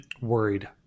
worried